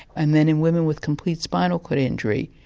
and then in women with complete spinal cord injury,